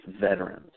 veterans